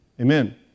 Amen